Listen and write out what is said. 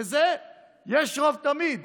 לזה יש רוב תמיד.